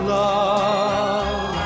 love